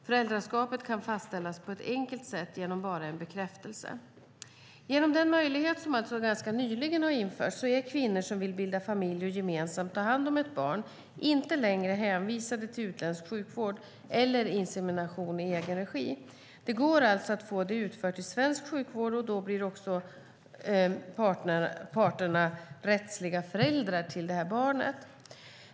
Föräldraskapet kan fastställas på ett enkelt sätt genom bara en bekräftelse. Genom den möjlighet som alltså ganska nyligen införts är kvinnor som vill bilda familj och gemensamt ta hand om ett barn inte längre hänvisade till utländsk sjukvård eller insemination i egen regi. Det går alltså att få det utfört i svensk sjukvård och då också bli rättslig förälder till barnet.